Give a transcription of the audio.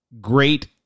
Great